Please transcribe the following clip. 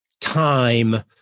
time